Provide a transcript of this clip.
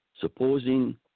supposing